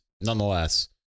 nonetheless